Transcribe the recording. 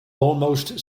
almost